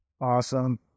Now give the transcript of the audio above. Awesome